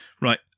Right